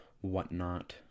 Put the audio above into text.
whatnot